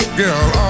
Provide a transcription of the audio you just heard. girl